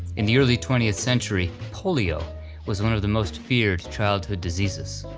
in the early twentieth century polio was one of the most feared childhood diseases.